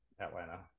Atlanta